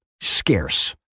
scarce